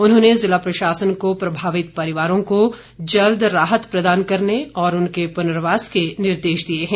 उन्होंने जिला प्रशासन को प्रभावित परिवारों को जल्द राहत प्रदान करने और उनके पुर्नवास के निर्देश दिए हैं